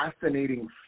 fascinating